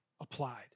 applied